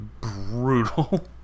brutal